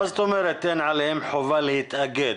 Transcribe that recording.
מה זאת אומרת אין עליהן חובה להתאגד?